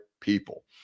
people